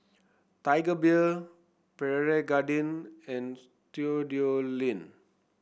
Tiger Beer Pierre Cardin and Studioline